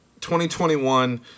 2021